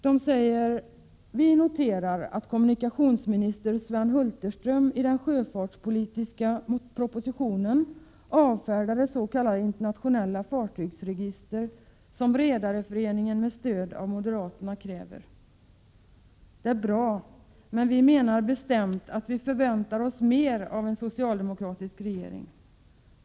Han säger vidare: ”Vi noterar att kommunikationsminister Sven Hulterström i den sjöfartspolitiska propositionen avfärdar det sk internationella fartygsregister som Redareföreningen med stöd av moderaterna kräver. Detta är bra men vi menar bestämt att vi förväntar oss mer av en socialdemokratisk regering.